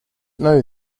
know